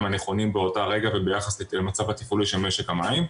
הנכונים באותו רגע וביחס למצב התפעולי של משק המים,